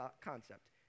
concept